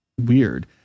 weird